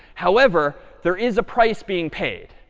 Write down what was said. however, there is a price being paid.